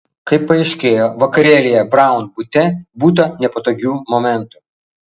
kaip paaiškėjo vakarėlyje braun bute būta nepatogių momentų